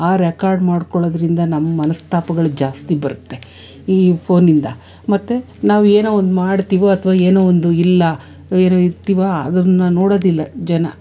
ಆ ರೆಕಾರ್ಡ್ ಮಾಡ್ಕೊಳ್ಳೋದ್ರಿಂದ ನಮ್ಮ ಮನಸ್ತಾಪಗಳು ಜಾಸ್ತಿ ಬರುತ್ತೆ ಈ ಫೋನಿಂದ ಮತ್ತೆ ನಾವೇನೋ ಒಂದು ಮಾಡ್ತೀವೋ ಅಥ್ವಾ ಏನೋ ಒಂದು ಇಲ್ಲ ಏನೋ ಇರ್ತೀವಿ ಅದನ್ನು ನೋಡೋದಿಲ್ಲ ಜನ